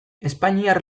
espainiar